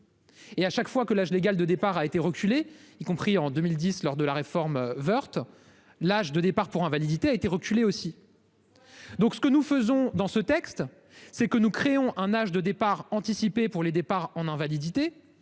Et à chaque fois que l'âge légal de départ a été reculé, y compris en 2010 lors de la réforme Woerth. L'âge de départ pour invalidité a été reculé aussi. Donc ce que nous faisons dans ce texte, c'est que nous créons un âge de départ anticipé pour les départs en invalidité